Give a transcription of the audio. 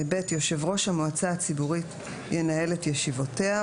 (ב)יושב ראש המועצה הציבורית ינהל את ישיבותיה,